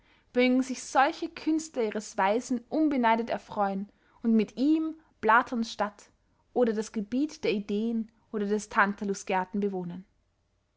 mögen sich solche künstler ihres weisen unbeneidet erfreuen und mit ihm platons stadt oder das gebiet der ideen oder des